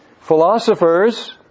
Philosophers